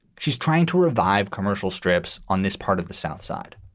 she's trying to revive commercial strips on this part of the south side.